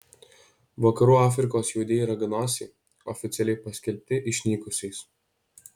vakarų afrikos juodieji raganosiai oficialiai paskelbti išnykusiais